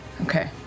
Okay